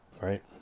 Right